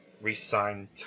resigned